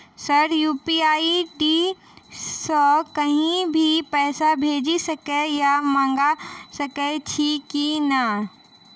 Sir UPI ID सँ कहि भी पैसा भेजि सकै या मंगा सकै छी की न ई?